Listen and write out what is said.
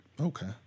Okay